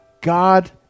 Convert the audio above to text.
God